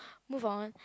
move on